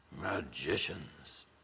magicians